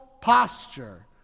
posture